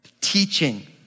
Teaching